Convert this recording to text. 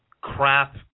crap